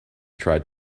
tried